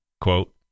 quote